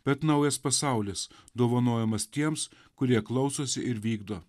bet naujas pasaulis dovanojamas tiems kurie klausosi ir vykdo